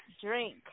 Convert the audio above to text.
drink